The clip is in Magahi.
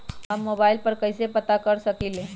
हम मोबाइल पर कईसे पता कर सकींले?